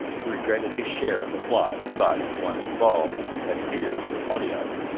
who regretted his share in the plot, but, once involved, had fears of the poniard.